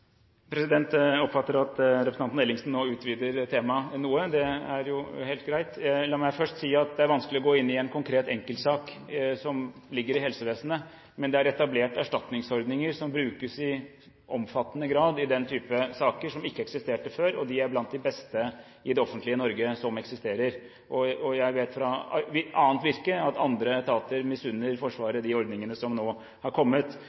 Jeg oppfatter at representanten Ellingsen nå utvider temaet noe, men det er helt greit. La meg først si at det er vanskelig å gå inn i en konkret enkeltsak som ligger i helsevesenet. Men det er etablert erstatningsordninger som brukes i omfattende grad i den type saker, og som ikke eksisterte før, og de er blant de beste som finnes i det offentlige Norge. Jeg vet fra mitt annet virke at andre etater misunner Forsvaret de ordningene som nå har kommet.